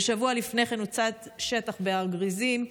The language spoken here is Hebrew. ושבוע לפני כן הוצת שטח בהר גריזים.